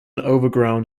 overground